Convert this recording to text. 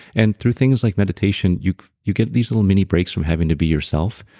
and through things like meditation, you you get these little mini breaks from having to be yourself.